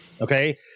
okay